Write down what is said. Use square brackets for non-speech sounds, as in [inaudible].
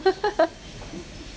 [laughs]